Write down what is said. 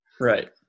Right